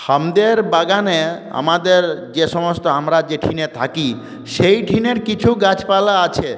আমাদের বাগানে আমাদের যে সমস্ত আমরা যেখানে থাকি সেইখানে কিছু গাছপালা আছে